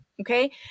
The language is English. okay